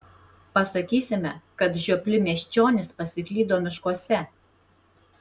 pasakysime kad žiopli miesčionys pasiklydo miškuose